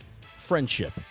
friendship